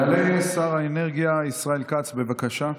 יעלה שר האנרגיה ישראל כץ, בבקשה,